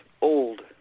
old